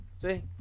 See